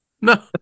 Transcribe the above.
No